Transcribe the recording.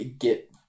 get